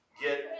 get